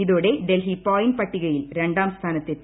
ഇതോടെ ഡൽഹി പോയിന്റ് പട്ടികയിൽ രണ്ടാം സ്ഥാനത്തെത്തി